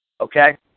okay